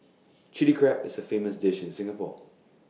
Chilli Crab is A famous dish in Singapore